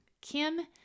Kim